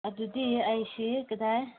ꯑꯗꯨꯗꯤ ꯑꯩꯁꯤ ꯀꯗꯥꯏ